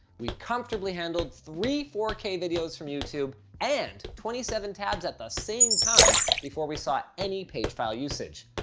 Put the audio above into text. we comfortably handled three four k videos from youtube and twenty seven tabs at the same time before we saw any page file usage.